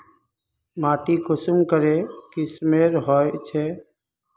माटी कुंसम करे किस्मेर होचए?